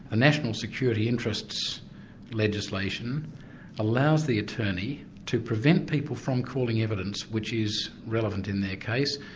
national security interests legislation allows the attorney to prevent people from calling evidence which is relevant in their case,